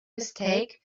mistake